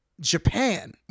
Japan